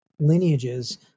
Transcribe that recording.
lineages